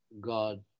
God